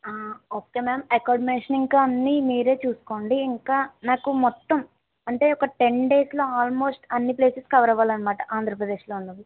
okay ma'am accommodation ఇంకా అన్నీ మీరే చూసుకోండి ఇంకా నాకు మొత్తం అంటే ఒక టెన్ డేస్లో అల్మోస్ట్ అన్ని ప్లేసెస్ కవర్ అవ్వాలనమాట ఆంధ్ర ప్రదేశ్లో ఉన్నవి